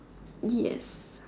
yes